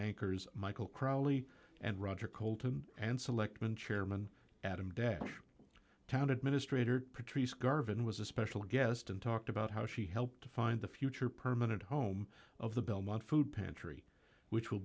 anchors michael crowley and roger colton and selectman chairman adam dash town administrator patrice garvin was a special guest and talked about how she helped to find the future permanent home of the belmont food pantry which will